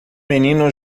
menino